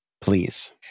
please